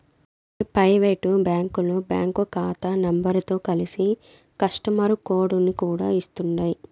కొన్ని పైవేటు బ్యాంకులు బ్యాంకు కాతా నెంబరుతో కలిసి కస్టమరు కోడుని కూడా ఇస్తుండాయ్